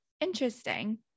interesting